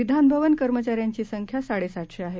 विधानभवन कर्मचाऱ्यांची संख्या साडे सातशे आहे